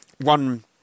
one